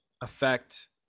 affect